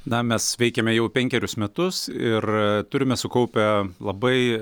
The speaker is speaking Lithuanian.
na mes veikiame jau penkerius metus ir turime sukaupę labai